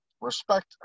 respect